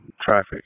traffic